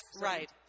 right